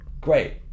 great